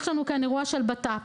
יש לנו כאן אירוע של ביטחון פנים.